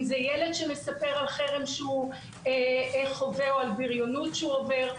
אם ילד מספר על חרם שהוא חווה או על בריונות שהוא עובר,